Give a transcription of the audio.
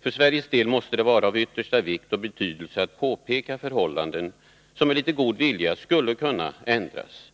För Sveriges del måste det vara av yttersta vikt och betydelse att påpeka förhållanden, som med litet god vilja skulle kunna ändras